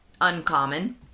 uncommon